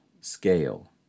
scale